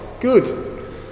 Good